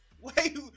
Wait